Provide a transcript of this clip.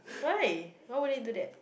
why why would you do that